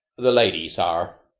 the lady, sare,